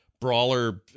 brawler